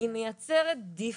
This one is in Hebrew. היא מייצרת default.